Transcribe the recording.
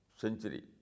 century